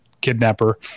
kidnapper